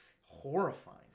Horrifying